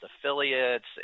affiliates